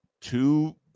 two